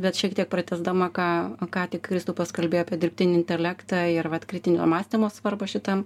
bet šiek tiek pratęsdama ką ką tik kristupas kalbėjo apie dirbtinį intelektą ir vat kritinio mąstymo svarbą šitam